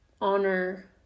honor